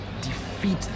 defeat